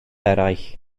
eraill